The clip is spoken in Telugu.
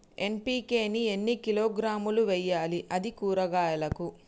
ఎన్.పి.కే ని ఎన్ని కిలోగ్రాములు వెయ్యాలి? అది కూరగాయలకు?